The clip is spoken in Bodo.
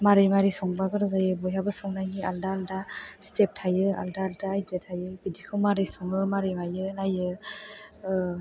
माबोरै माबोरै संबा गोथाव जायो बयहाबो संनायनि आलादा आलादा स्टेप थायो आलादा आलादा आइदिया थायो बिदिखौ माबोरै सङो माबोरै मायो नायो